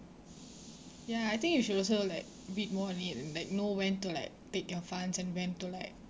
ya I think you should also like bid more on it and like know when to like take your funds and when to like